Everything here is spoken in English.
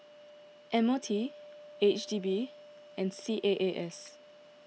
M O T H D B and C A A S